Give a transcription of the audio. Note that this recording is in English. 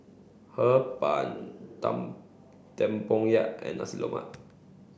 Hee Pan Tempoyak and Nasi Lemak